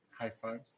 High-fives